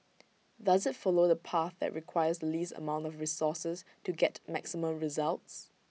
does IT follow the path that requires the least amount of resources to get maximum results